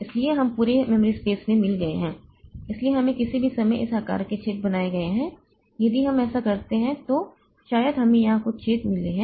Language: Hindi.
इसलिए हम पूरे मेमोरी स्पेस में मिल गए हैं इसलिए हमें किसी भी समय इस प्रकार के छेद बनाए गए हैं यदि हम ऐसा करते हैं तो शायद हमें यहां कुछ छेद मिले हैं